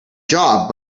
job